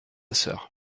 sœur